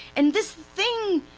and this thing,